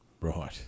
Right